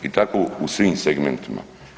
I tako u svim segmentima.